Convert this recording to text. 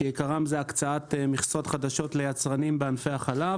שעיקרן הקצאת מכסות חדשות ליצרנים בענפי החלב